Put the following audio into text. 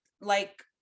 like-